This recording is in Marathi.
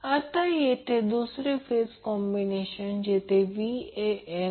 तर Z 3 2 j 10 3 2 j10 असेल